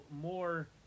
more